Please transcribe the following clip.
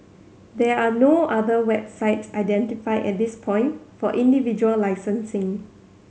there are no other websites identified at this point for individual licensing